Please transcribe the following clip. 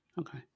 Okay